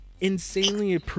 insanely